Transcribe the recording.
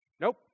nope